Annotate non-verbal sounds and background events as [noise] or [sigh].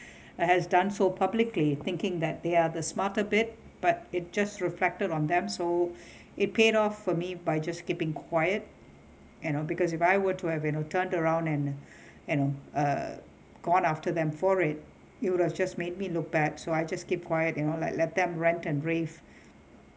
I has done so publicly thinking that they are the smarter bit but it just reflected on them so [breath] it paid off for me by just keeping quiet you know because if I were to have you know turned around and [breath] you know uh gone after them for it you are just made me look bad so I just keep quiet you know like let them rant and rave